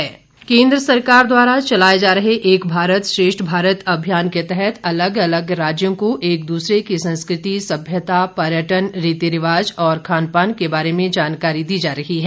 एक भारत श्रेष्ठ भारत केन्द्र सरकार द्वारा चलाए जा रहे एक भारत श्रेष्ठ भारत अभियान के तहत अलग अलग राज्यों को एक दूसरे की संस्कृति सभ्यता पर्यटन रीति रिवाज और खान पान के बारे जानकारी दी जा रही है